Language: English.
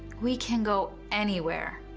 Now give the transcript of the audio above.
we can go anywhere.